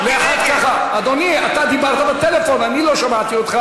אם היה דבר כזה, אז אני לא מקבל.